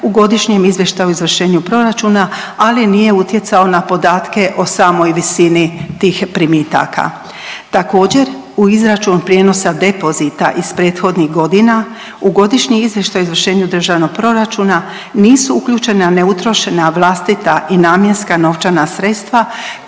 u Godišnjem izvještaju o izvršenju proračuna, ali nije utjecao na podatke o samoj visini tih primitaka. Također, u izračun prijenosa depozita iz prethodnih godina u Godišnji izvještaj o izvršenju državnog proračuna nisu uključena neutrošena vlastita i namjenska novčana sredstva